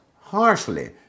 harshly